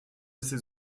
ces